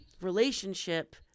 relationship